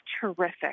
terrific